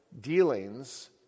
dealings